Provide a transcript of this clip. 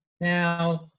Now